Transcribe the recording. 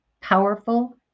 powerful